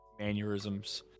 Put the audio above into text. aneurysms